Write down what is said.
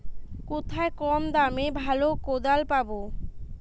কোথায় কম দামে ভালো কোদাল পাব?